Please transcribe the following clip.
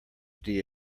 dna